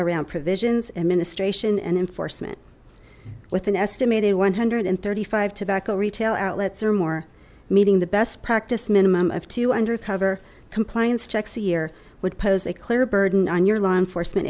around provisions administration and enforcement with an estimated one hundred and thirty five tobacco retail outlets or more meeting the best practice minimum of two undercover compliance checks a year would pose a clear burden on your law enforcement